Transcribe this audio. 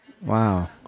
Wow